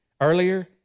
earlier